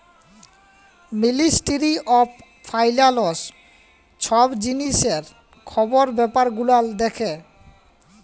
ministry of finance ছব জিলিসের খরচ ব্যাপার গুলান দ্যাখে